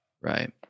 Right